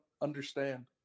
understand